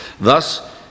Thus